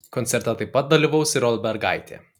koncerte taip pat dalyvaus ir olbergaitė